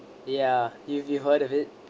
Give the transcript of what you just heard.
ya you you heard of it